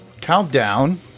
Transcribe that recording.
countdown